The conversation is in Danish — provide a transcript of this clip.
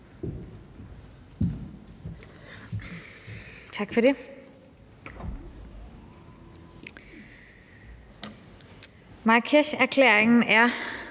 Tak for det. Marrakesherklæringen er